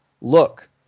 look